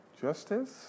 Justice